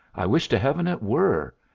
i wish to heaven it were.